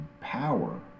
power